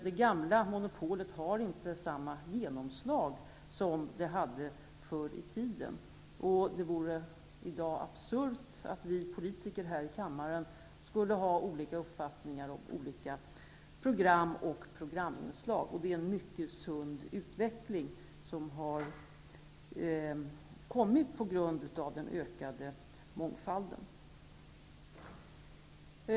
Det gamla monopolet har inte samma genomslag som det hade förr i tiden. I dag vore det absurt om vi politiker här i kammaren skulle ha uppfattningar om olika program och programinslag. Det är en mycket sund utveckling som har kommit på grund av den ökade mångfalden.